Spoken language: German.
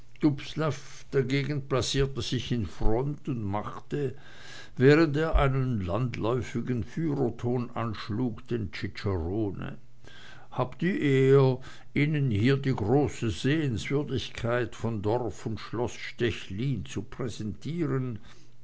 dagegen placierte sich in front und machte während er einen landläufigen führerton anschlug den cicerone hab die ehr ihnen hier die große sehenswürdigkeit von dorf und schloß stechlin zu präsentieren